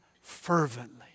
fervently